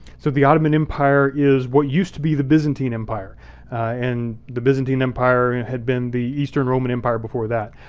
so the ottoman empire is what used to be the byzantine empire and the byzantine empire had been the eastern roman empire before that.